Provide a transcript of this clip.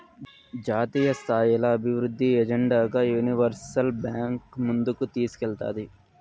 జాతీయస్థాయిల అభివృద్ధి ఎజెండాగా యూనివర్సల్ బాంక్ ముందుకు తీస్కేల్తాది